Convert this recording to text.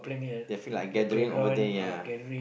they feel like gathering over there ya